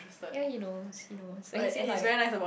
ya he knows he knows like he say like